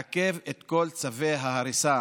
לעכב את כל צווי ההריסה